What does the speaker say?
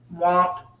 Womp